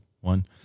one